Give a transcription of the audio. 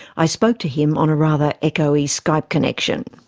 i spoke to him on a rather echoey skype connection.